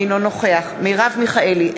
אינו נוכח מרב מיכאלי,